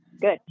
good